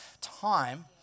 time